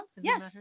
Yes